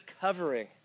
covering